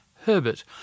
Herbert